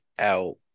out